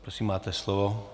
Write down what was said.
Prosím, máte slovo.